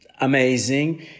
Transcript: amazing